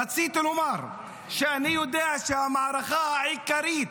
רציתי לומר שאני יודע שהמערכה העיקרית,